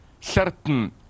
certain